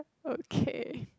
okay